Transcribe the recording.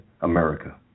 America